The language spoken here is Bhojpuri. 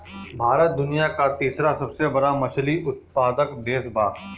भारत दुनिया का तीसरा सबसे बड़ा मछली उत्पादक देश बा